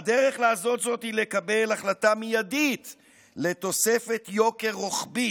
והדרך לעשות זאת היא לקבל החלטה מיידית לתוספת יוקר רוחבית,